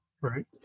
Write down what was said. Right